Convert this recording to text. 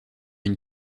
une